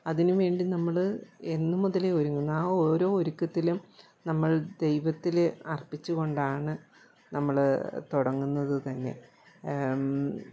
അതിനുവേണ്ടി നമ്മൾ എന്നു മുതലേ ഒരുങ്ങുന്നോ ആ ഓരോ ഒരുക്കത്തിലും നമ്മൾ ദൈവത്തിൽ അർപ്പിച്ചു കൊണ്ടാണ് നമ്മൾ തുടങ്ങുന്നതു തന്നെ